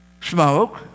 smoke